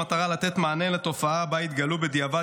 במטרה לתת מענה לתופעה שבה התגלו בדיעבד